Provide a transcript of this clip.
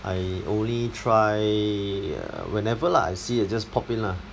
I only try ya whenever lah I see it just pop in lah